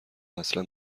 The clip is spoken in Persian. اصلا